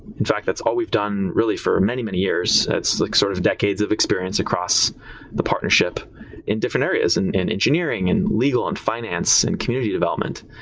in fact, that's all we've done really for many, many years. it's like sort of decades of experience across the partnership in different areas, and in engineering and legal and finance, and community development,